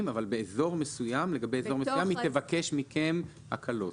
אבל לגבי אזור מסוים היא תבקש מכם הקלות.